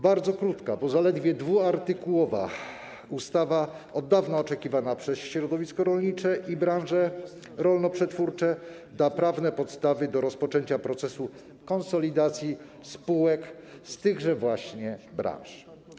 Bardzo krótka, bo zaledwie dwuartykułowa ustawa od dawna oczekiwana przez środowisko rolnicze i branże rolno-przetwórcze da prawne podstawy do rozpoczęcia procesu konsolidacji spółek z tychże właśnie branż.